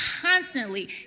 constantly